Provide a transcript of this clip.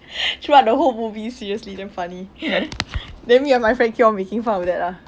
throughout the whole movie seriously damn funny then me and my friend keep on making fun of that lah